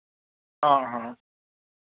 हाँ हाँ